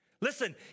Listen